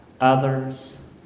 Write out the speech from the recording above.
others